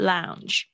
Lounge